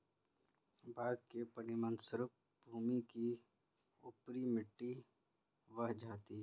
बाढ़ के परिणामस्वरूप भूमि की ऊपरी मिट्टी बह जाती है